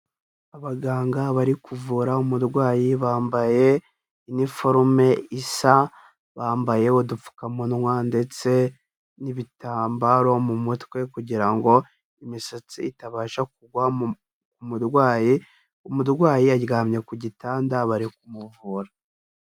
Abaganga bari kuvura umurwayi bambaye iniforume isa, bambaye udupfukamunwa ndetse n'ibitambaro mu mutwe kugira ngo imisatsi itabasha kugwa mu murwayi, umurwayi aryamye ku gitanda bari kumuvura.